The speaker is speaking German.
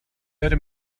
werde